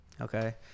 okay